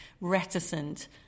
reticent